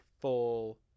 full